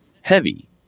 heavy